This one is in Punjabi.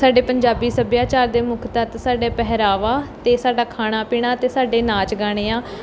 ਸਾਡੇ ਪੰਜਾਬੀ ਸੱਭਿਆਚਾਰ ਦੇ ਮੁੱਖ ਤੱਤ ਸਾਡੇ ਪਹਿਰਾਵਾ ਅਤੇ ਸਾਡਾ ਖਾਣਾ ਪੀਣਾ ਅਤੇ ਸਾਡੇ ਨਾਚ ਗਾਣੇ ਆ